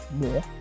more